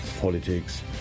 politics